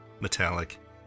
metallic